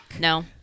no